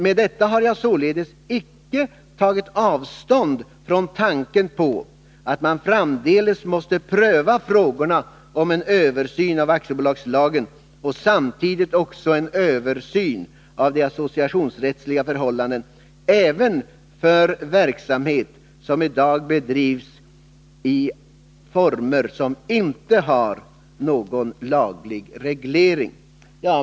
Med detta har jag således inte tagit avstånd från tanken på att man framdeles måste pröva frågorna om en översyn av aktiebolagslagen och samtidigt också en översyn av de associationsrättsliga förhållandena även för verksamhet som i dag bedrivs i former som inte har någon laglig reglering.